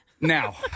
Now